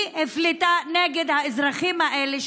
היא הפלתה נגד האזרחים האלה,